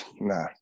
Nah